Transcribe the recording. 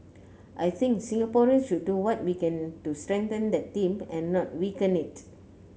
I think Singaporeans should do what we can to strengthen that team and not weaken it